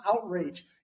outrage